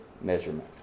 measurement